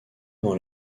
dans